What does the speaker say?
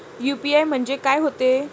UPI म्हणजे का होते?